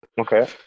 okay